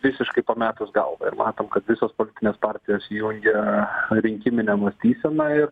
visiškai pametęs galvą ir matome kad visos politinės partijos įjungia rinkiminę mąstyseną ir